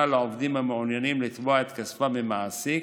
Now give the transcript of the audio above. לעובדים המעוניינים לתבוע את כספם ממעסיק,